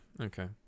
Okay